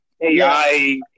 AI